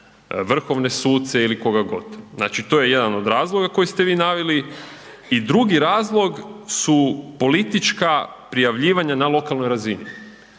vrhovne suce ili koga god, znači to je jedan od razloga koji ste vi naveli i drugi razlog su politička prijavljivanja na lokalnoj razini,